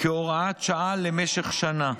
כהוראת שעה למשך שנה.